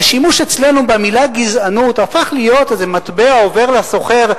והשימוש אצלנו במלה "גזענות" הפך להיות איזה מטבע עובר לסוחר,